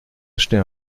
acheter